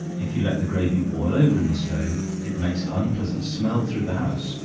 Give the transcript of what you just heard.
if you let the gravy boil over in the stove, it makes an unpleasant smell through the house,